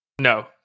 No